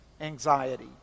anxiety